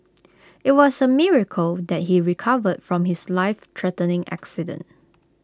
IT was A miracle that he recovered from his lifethreatening accident